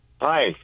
Hi